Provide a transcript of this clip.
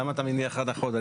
למה אתה מניח הנחות?